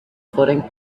footing